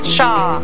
Shaw